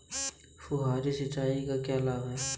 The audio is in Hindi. फुहारी सिंचाई के क्या लाभ हैं?